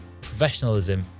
professionalism